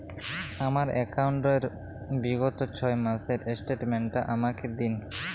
আমার অ্যাকাউন্ট র বিগত ছয় মাসের স্টেটমেন্ট টা আমাকে দিন?